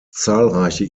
zahlreiche